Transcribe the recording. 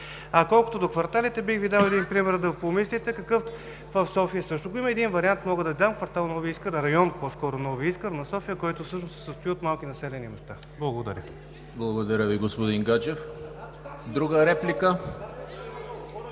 Благодаря Ви, господин Митев. Трета реплика?